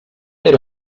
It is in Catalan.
era